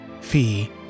Fee